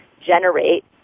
generate